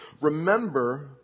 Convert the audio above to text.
remember